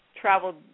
traveled